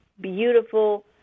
beautiful